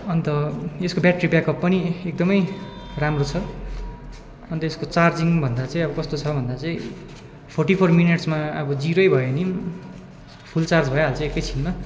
अन्त यसको battery back up पनि एकदमै राम्रो छ अन्त यसको चार्जिङ भन्दा चाहिँ अब कस्तो छ भन्दा चाहिँ फोर्टी फोर मिनट्समा अब जिरो भए पनि फुल चार्ज भइहाल्छ एक क्षणमा